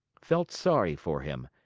felt sorry for him,